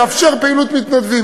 לאפשר פעילות מתנדבים".